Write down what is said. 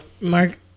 Mark